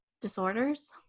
disorders